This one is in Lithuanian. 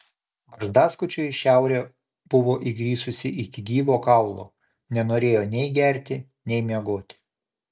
barzdaskučiui šiaurė buvo įgrisusi iki gyvo kaulo nenorėjo nei gerti nei miegoti